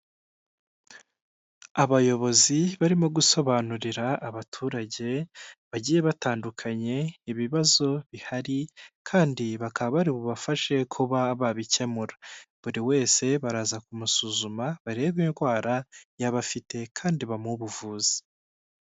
Abayobozi barimo gusobanurira abaturage bagiye batandukanye, ibibazo bihari kandi bakaba bari bubafashe kuba babikemura, buri wese baraza kumusuzuma barebe indwara yabafite kandi bamuhe ubuvuzi